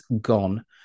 gone